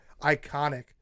iconic